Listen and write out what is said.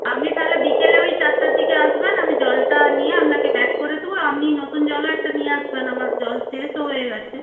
আপনি তাহলে বিকেলে ওই চারটার দিকে আসবেন আমি জলটা নিয়ে আপনাকে ব্যাক করে দিবো আপনি নতুন জলও একটা নিয়ে আসবেন আমার জল শেষও হয়ে গেছে